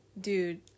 dude